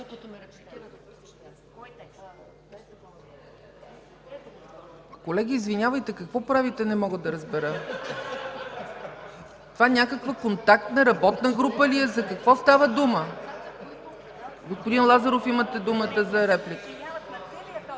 Колеги, извинявайте, какво правите, не мога да разбера (смях, оживление)?! Това някаква контактна работна група ли е, за какво става дума? Господин Лазаров, имате думата за реплика.